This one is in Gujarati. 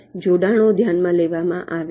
જોડાણો ધ્યાનમાં લેવામાં આવે છે